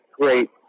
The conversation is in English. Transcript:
great